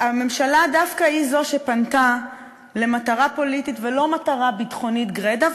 הממשלה דווקא היא שפנתה למטרה פוליטית ולא למטרה ביטחונית גרידא,